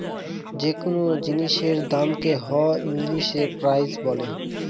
যে কোনো জিনিসের দামকে হ ইংলিশে প্রাইস বলে